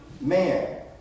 man